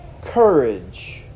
courage